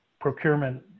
procurement